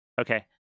Okay